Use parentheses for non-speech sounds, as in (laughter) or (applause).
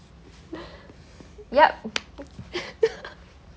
(laughs) yup (laughs)